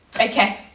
Okay